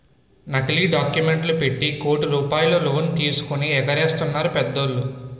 నకిలీ డాక్యుమెంట్లు పెట్టి కోట్ల రూపాయలు లోన్ తీసుకొని ఎగేసెత్తన్నారు పెద్దోళ్ళు